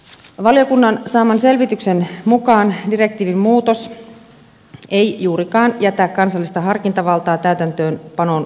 valiokunnan saaman selvityksen mukaan direktiivin muutos ei juurikaan jätä kansallista harkintavaltaa täytäntöönpanon suhteen